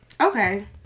Okay